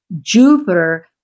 Jupiter